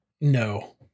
no